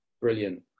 brilliant